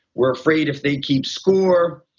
we're afraid if they keep score.